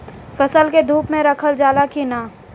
फसल के धुप मे रखल जाला कि न?